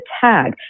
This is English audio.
tag